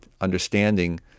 understanding